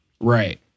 Right